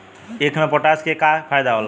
ईख मे पोटास के का फायदा होला?